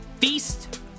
feast